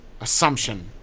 assumption